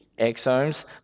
exomes